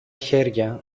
χέρια